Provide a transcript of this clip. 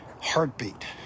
heartbeat